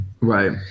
Right